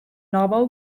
novel